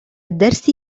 الدرس